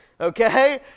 Okay